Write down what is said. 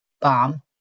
bomb